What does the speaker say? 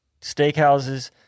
steakhouses